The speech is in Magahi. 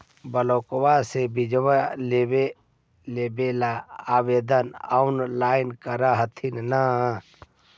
ब्लोक्बा से बिजबा लेबेले ऑनलाइन ऑनलाईन कर हखिन न?